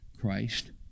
Christ